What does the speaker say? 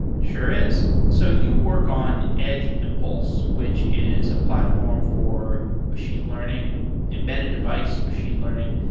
sure is. so you work on edge impulse, which is a platform for machine learning, embedded device machine learning.